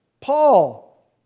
Paul